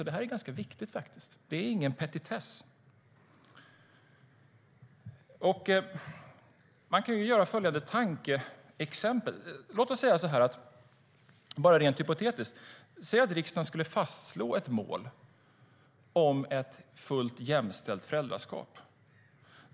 Det här är ganska viktigt. Det är ingen petitess. Man kan göra ett tankeexempel. Låt oss säga, bara rent hypotetiskt, att riksdagen skulle fastslå ett mål om ett fullt jämställt föräldraskap.